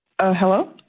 hello